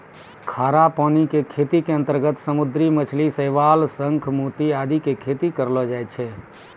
खारा पानी के खेती के अंतर्गत समुद्री मछली, शैवाल, शंख, मोती आदि के खेती करलो जाय छै